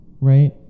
right